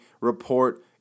report